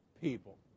people